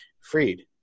freed